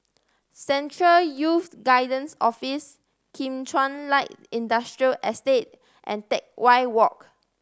Central Youth Guidance Office Kim Chuan Light Industrial Estate and Teck Whye Walk